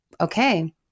okay